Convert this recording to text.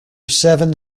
seven